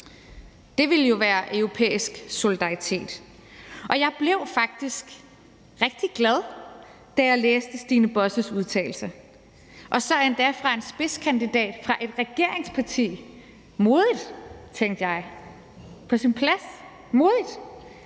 Det ville jo være europæisk solidaritet, og jeg blev faktisk rigtig glad, da jeg læste Stine Bosses udtalelse – og så endda fra en spidskandidat fra et regeringsparti. Modigt, tænkte jeg, og på sin plads. Men